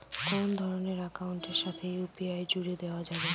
কোন ধরণের অ্যাকাউন্টের সাথে ইউ.পি.আই জুড়ে দেওয়া যাবে?